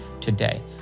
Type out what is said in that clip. today